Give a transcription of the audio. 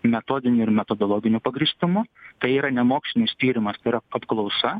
metodiniu ir metodologiniu pagrįstumu tai yra nemokslinis tyrimas tai yra apklausa